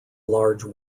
large